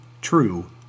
true